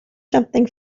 something